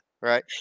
right